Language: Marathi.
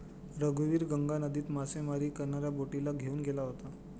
रघुवीर गंगा नदीत मासेमारी करणाऱ्या बोटीला घेऊन गेला होता